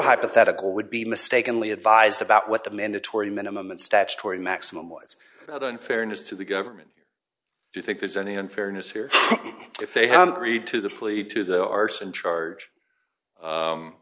hypothetical would be mistakenly advised about what the mandatory minimum and statutory maximum was in fairness to the government do you think there's any unfairness here if they have agreed to the plea to the arson charge